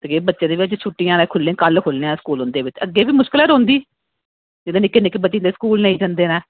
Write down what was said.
ते इ'यां बच्चें गी छुट्टियां कल्ल खुल्लनै स्कूल इं'दे अग्गें बी मुशकल गै रौह्नी जेल्लै निक्के निक्के बच्चे स्कूल नेईं जंदे न